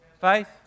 Faith